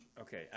okay